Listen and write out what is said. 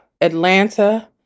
Atlanta